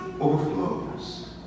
overflows